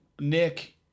Nick